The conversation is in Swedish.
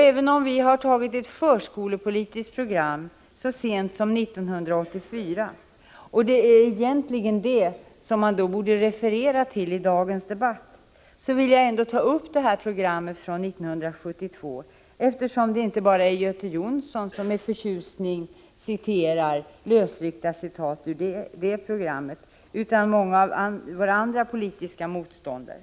Även om vi antog ett förskolepolitiskt program så sent som 1984 — och det är egentligen det som man borde referera till i dagens debatt — vill jag nämna programmet från 1972, eftersom det inte bara är Göte Jonsson som med förtjusning citerar lösryckta delar av programmet utan även många andra av våra politiska motståndare.